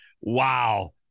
wow